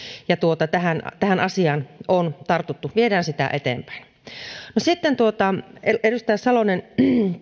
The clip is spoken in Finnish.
ja tähän tähän asiaan on tartuttu viedään sitä eteenpäin no sitten edustaja salonen